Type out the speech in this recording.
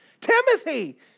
Timothy